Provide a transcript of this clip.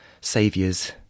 saviors